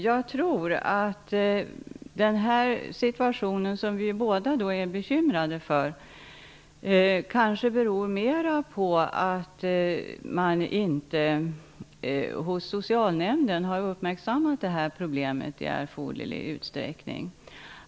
Jag tror att den situation som vi båda är bekymrade över beror mer på att man inte hos Socialnämnden uppmärksammat detta problem i erforderlig utsträckning.